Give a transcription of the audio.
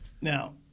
Now